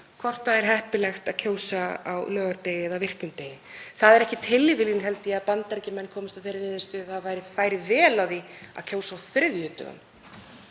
hvort það er heppilegt að kjósa á laugardegi eða virkum degi? Það er ekki tilviljun, held ég, að Bandaríkjamenn komust að þeirri niðurstöðu að það færi vel á því að kjósa á þriðjudögum